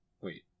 Wait